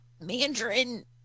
mandarin